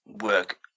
work